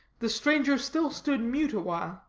the stranger still stood mute awhile.